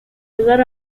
ayudar